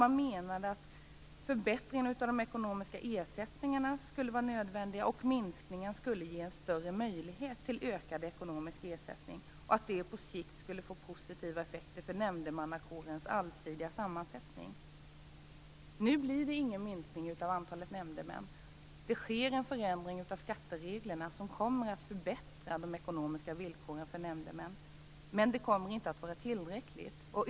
Man menade att förbättringarna av de ekonomiska ersättningarna skulle vara nödvändiga, och att minskningen skulle ge större möjlighet till ökad ekonomisk ersättning. Det skulle på sikt få positiva effekter för nämndemannakårens allsidiga sammansättning. Nu blir det ingen minskning av antalet nämndemän. Det sker en förändring av skattereglerna som kommer att förbättra de ekonomiska villkoren för nämndemän, men det kommer inte att vara tillräckligt.